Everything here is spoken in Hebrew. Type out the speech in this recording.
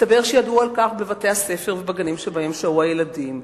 מסתבר שידעו על כך בבתי-הספר ובגנים שבהם שהו הילדים.